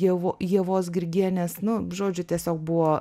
ievo ievos grigienės nu žodžiu tiesiog buvo